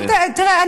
תראה,